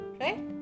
right